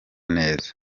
neza